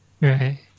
Right